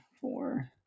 four